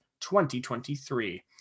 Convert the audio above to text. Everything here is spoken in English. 2023